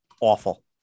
awful